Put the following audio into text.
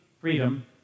freedom